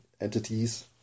entities